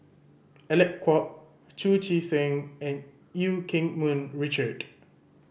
Alec Kuok Chu Chee Seng and Eu Keng Mun Richard